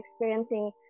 experiencing